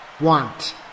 want